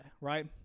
right